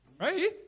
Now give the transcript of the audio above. right